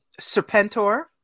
Serpentor